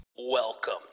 welcome